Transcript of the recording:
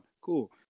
Cool